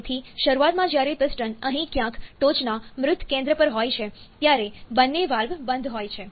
તેથી શરૂઆતમાં જ્યારે પિસ્ટન અહીં ક્યાંક ટોચના મૃત કેન્દ્ર પર હોય છે ત્યારે બંને વાલ્વ બંધ હોય છે